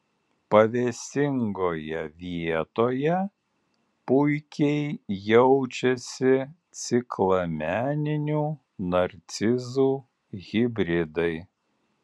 pavėsingoje vietoje puikiai jaučiasi ciklameninių narcizų hibridai